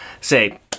say